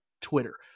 Twitter